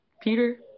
Peter